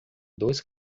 dois